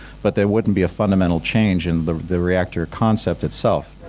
but there wouldn't be a fundamental change in the the reactor concept itself.